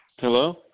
Hello